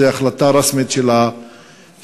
זו החלטה רשמית של מח"ש.